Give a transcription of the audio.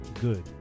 good